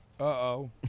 Uh-oh